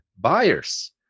buyers